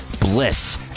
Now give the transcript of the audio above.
Bliss